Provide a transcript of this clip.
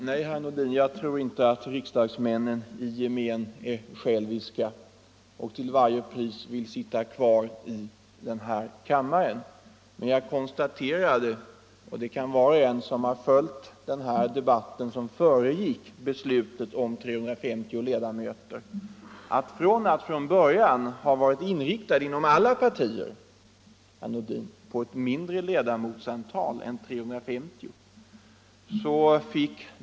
Herr talman! Nej, jag tror inte att riksdagsmännen i gemen är själviska och till varje pris vill sitta kvar här i kammaren. Men jag konstaterade, och det kan var och en som har följt den debatt som föregick beslutet om 350 ledamöter göra, att man från början var inriktad — inom alla partier, herr Nordin! — på ett mindre ledamotsantal än 350.